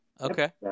Okay